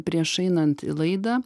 prieš einant į laidą